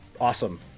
Awesome